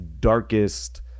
darkest